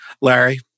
Larry